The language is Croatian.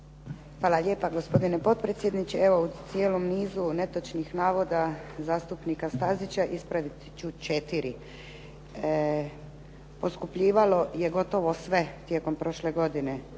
Hvala lijepa gospodine potpredsjedniče. Evo u cijelom nisu netočnih navoda zastupnika Stazića ispravit ću četiri. Poskupljivalo je gotovo sve tijekom prošle godine.